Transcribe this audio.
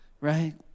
right